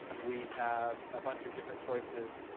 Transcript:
we have a bunch of different choices,